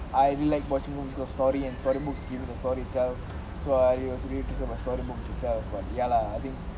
I really like watching movies because story and storybooks even the story itself so I was interested in storybooks itself because ya I think